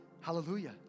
Hallelujah